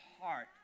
heart